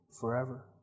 forever